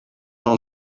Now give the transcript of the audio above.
will